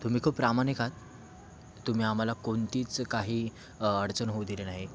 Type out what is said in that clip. तुम्ही खूप प्रामाणिक आत तुम्ही आम्हाला कोणतीच काही अडचण होऊ दिली नाही